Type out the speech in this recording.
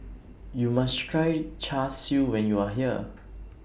YOU must Try Char Siu when YOU Are here